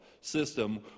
system